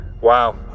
Wow